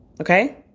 Okay